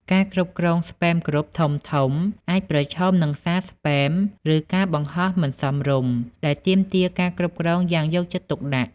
ការគ្រប់គ្រង Spam Group ធំៗអាចប្រឈមនឹងសារ Spam ឬការបង្ហោះមិនសមរម្យ ដែលទាមទារការគ្រប់គ្រងយ៉ាងយកចិត្តទុកដាក់។